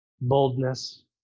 boldness